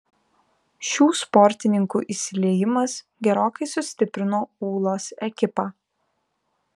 šių sportininkų įsiliejimas gerokai sustiprino ūlos ekipą